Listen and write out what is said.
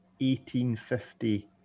1850